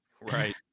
Right